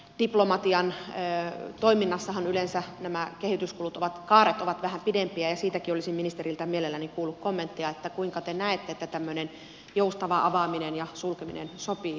diplomatian toiminnassahan yleensä nämä kehityskaaret ovat vähän pidempiä ja siitäkin olisin ministeriltä mieleltäni kuullut kommenttia kuinka te näette että tämmöinen joustava avaaminen ja sulkeminen sopii diplomatian toimintakenttään